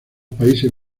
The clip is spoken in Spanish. países